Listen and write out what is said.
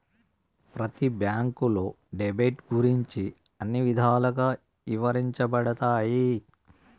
ప్రతి బ్యాంకులో డెబిట్ గురించి అన్ని విధాలుగా ఇవరించబడతాయి